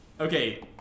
Okay